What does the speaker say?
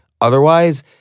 otherwise